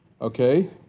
Okay